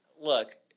look